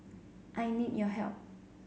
I need your help